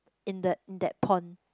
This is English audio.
in the in that pond